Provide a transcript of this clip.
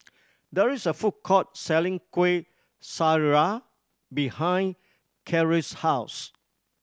there is a food court selling Kueh Syara behind Kiera's house